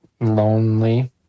Lonely